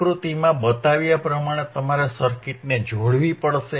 આકૃતિમાં બતાવ્યા પ્રમાણે તમારે સર્કિટને જોડવી પડશે